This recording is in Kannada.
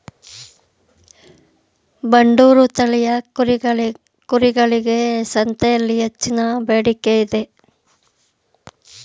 ಬಂಡೂರು ತಳಿಯ ಕುರಿಮರಿಗಳಿಗೆ ಸಂತೆಯಲ್ಲಿ ಹೆಚ್ಚಿನ ಬೇಡಿಕೆ ಇದೆ